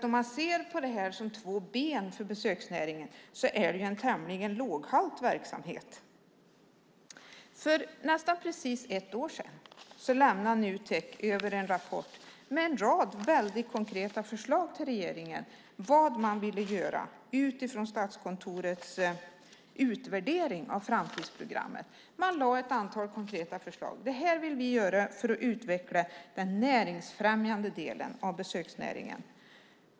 Om man ser på det här som att besöksnäringen har två ben är det en tämligen låghalt verksamhet. För nästan precis ett år sedan lämnade Nutek över en rapport med en rad väldigt konkreta förslag till regeringen om vad man ville göra utifrån Statskontorets utvärdering av framtidsprogrammet. Man lade fram ett antal konkreta förslag om vad man ville göra för att utveckla den näringsfrämjande delen av besöksnäringen.